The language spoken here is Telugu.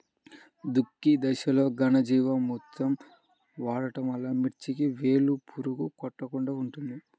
దుక్కి దశలో ఘనజీవామృతం వాడటం వలన మిర్చికి వేలు పురుగు కొట్టకుండా ఉంటుంది?